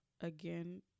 again